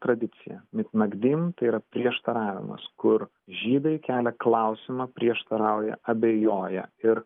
tradicija mitnagdim tai yra prieštaravimas kur žydai kelia klausimą prieštarauja abejoja ir